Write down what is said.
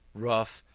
rough,